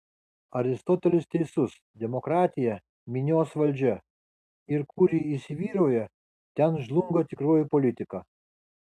aristotelis teisus demokratija minios valdžia ir kur ji įsivyrauja ten žlunga tikroji politika